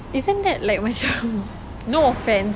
isn't that like macam no offence